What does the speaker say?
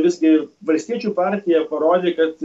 visgi valstiečių partija parodė kad